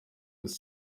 with